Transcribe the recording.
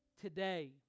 Today